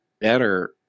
better